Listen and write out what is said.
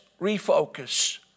refocus